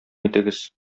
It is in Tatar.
итегез